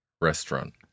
Restaurant